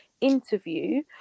interview